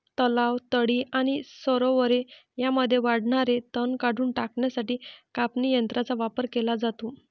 तलाव, तळी आणि सरोवरे यांमध्ये वाढणारे तण काढून टाकण्यासाठी कापणी यंत्रांचा वापर केला जातो